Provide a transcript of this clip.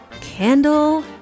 candle